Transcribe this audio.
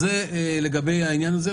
זה לגבי העניין הזה.